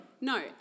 No